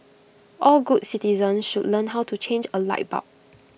all good citizens should learn how to change A light bulb